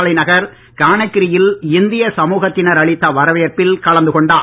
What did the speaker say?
தலைநகர் கானக்ரி யில் இந்திய சமூகத்தினர் அளித்த வரவேற்பில் கலந்து கொண்டார்